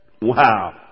Wow